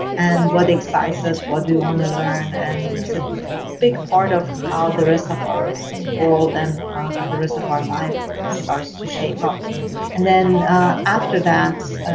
and what exercises, what do you want to learn? and it's a big part of how the rest of our world and the rest of our life starts to shape up and then after that,